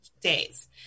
days